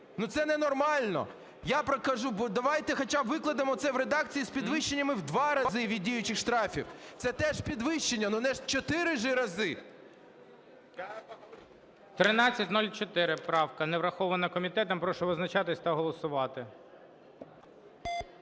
Ну, це ненормально, я кажу. Давайте хоча б викладемо це в редакції з підвищенням в 2 рази від діючих штрафів, це теж підвищення, але не в 4 же рази. ГОЛОВУЮЧИЙ. 1304 правка не врахована комітетом. Прошу визначатися та голосувати.